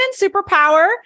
superpower